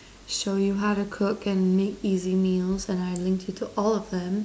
show you how to cook and make easy meals and I linked you to all of them